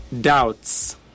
doubts